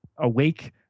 awake